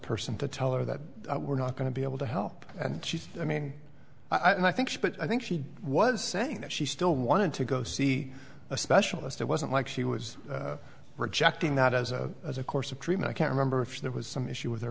person to tell her that we're not going to be able to help and she i mean i think but i think she was saying that she still wanted to go see a specialist it wasn't like she was rejecting that as a as a course of treatment i can't remember if there was some issue with her